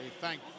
thank